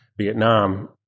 Vietnam